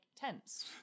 tense